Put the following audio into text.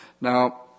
Now